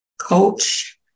coach